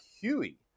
Huey